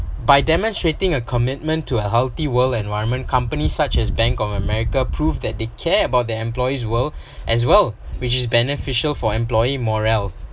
by demonstrating a commitment to a healthy world environment companies such as bank of america prove that they care about their employees' world as well which is beneficial for employee morale